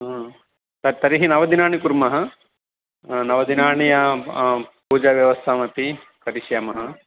हा त तर्हि नवदिनानि कुर्मः नवदिनानि आम् आं पूजाव्यवस्थामपि करिष्यामः